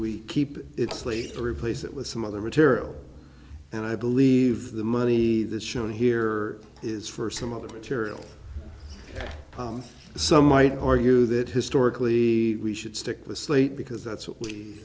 we keep its lead to replace it with some other material and i believe the money this show here is for some other material some might argue that historically we should stick with slate because that's what we